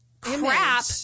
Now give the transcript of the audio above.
crap